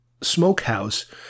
smokehouse